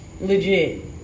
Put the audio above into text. legit